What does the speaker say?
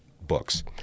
books